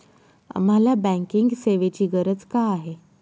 आम्हाला बँकिंग सेवेची गरज का आहे?